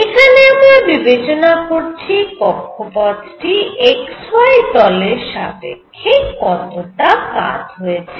এখানে আমরা বিবেচনা করছি কক্ষপথটি xy তলের সাপেক্ষে কতটা কাত হয়েছে